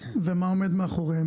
ומה עומד מאחוריהם,